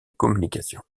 communications